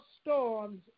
storms